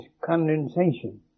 condensation